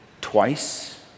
twice